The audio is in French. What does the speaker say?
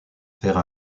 faire